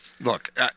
look